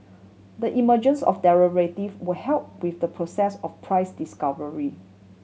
the emergence of derivative will help with the process of price discovery